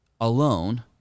alone